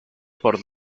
por